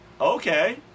Okay